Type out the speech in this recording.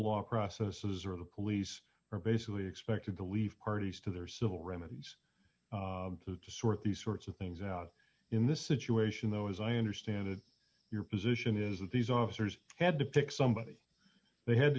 law processes are the police are basically expected to leave parties to their civil remedies to to sort these sorts of things out in this situation though as i understand it your position is that these officers had to pick somebody they had to